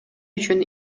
үчүн